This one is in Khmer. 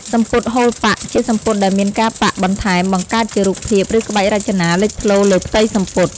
សំពត់ហូលប៉ាក់ ជាសំពត់ដែលមានការប៉ាក់បន្ថែមបង្កើតជារូបភាព ឬក្បាច់រចនាលេចធ្លោលើផ្ទៃសំពត់។